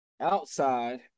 outside